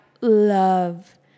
love